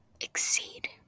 exceed